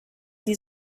die